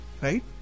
Right